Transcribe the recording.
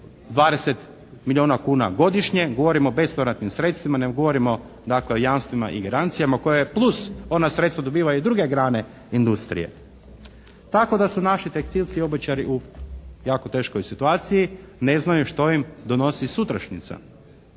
20 milijuna kuna godišnje, govorim o bespovratnim sredstvima, ne govorimo dakle o jamstvima i garancijama koje plus ona sredstva dobivaju i druge grane industrije. Tako da su naši tekstilci i obućari u jako teškoj situaciji, ne znaju što im donosi sutrašnjica.